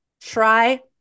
Try